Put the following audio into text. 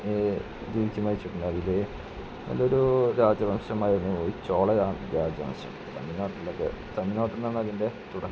ജീവിച്ച് മരിച്ചിട്ടുണ്ട് അതില് ഒരു രാജവംശമായിരുന്നു ഈ ചോള രാജവംശം തമിഴ്നാട്ടിലൊക്കെ തമിഴ്നാട്ടിൽനിന്നാണ് അതിൻ്റെ തുടക്കം